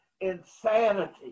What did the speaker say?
insanity